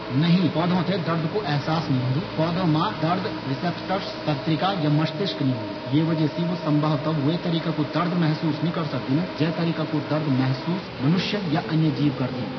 नहीं! पौधों थें दर्द कू एहसास नी होंदु। पौधों मा दर्द रिसेप्टर्स या तंत्रिका या मस्तिष्क नी होंदु। ये वजह से वू संभवतः वै तरीका कू दर्द महसूस नी कर सकदिन जै तरीका कू मनुष्य या अन्य जीव करदिन।